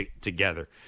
together